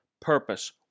purpose